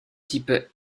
type